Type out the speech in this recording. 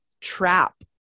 trap